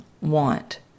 want